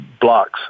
blocks